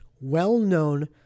well-known